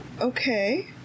Okay